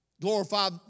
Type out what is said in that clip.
Glorify